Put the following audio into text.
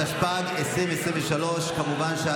התשפ"ג 2023. כמובן,